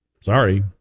Sorry